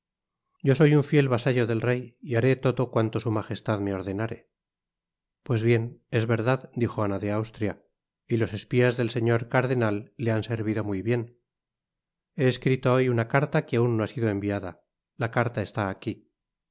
yo soy un fiel vasallo del rey y haré todo cuanto su majestad me ordenare pues bien es verdad dijo ana de austria y los espías del señor carde nal le han servido muy bien he escrito hoy una carta que aun no ha sido enviuda la caria está aquí